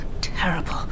Terrible